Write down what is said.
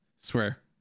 swear